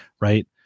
Right